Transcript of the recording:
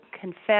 confess